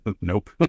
Nope